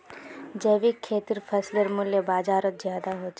जैविक खेतीर फसलेर मूल्य बजारोत ज्यादा होचे